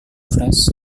fresh